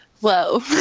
whoa